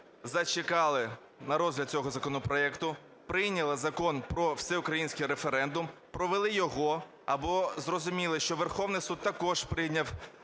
зачекали на розгляд цього законопроекту, прийняли Закон про всеукраїнський референдум, провели його, або зрозуміли, що Верховний Суд також прийняв,